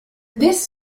this